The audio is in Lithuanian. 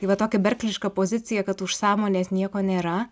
tai va tokia berkliška pozicija kad už sąmonės nieko nėra